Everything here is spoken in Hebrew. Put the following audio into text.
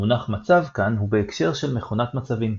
המונח מצב כאן הוא בהקשר של מכונת מצבים.